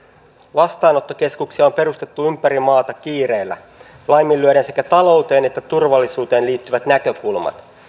vastaanottokeskuksia on perustettu ympäri maata kiireellä laiminlyöden sekä talouteen että turvallisuuteen liittyvät näkökulmat